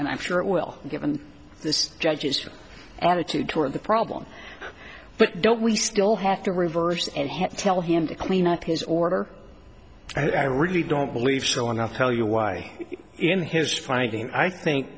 and i'm sure it will given this judge's attitude toward the problem but don't we still have to reverse and have to tell him to clean up his order and i really don't believe so enough to tell you why in his finding i think